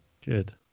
Good